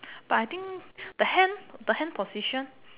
but I think the hand the hand position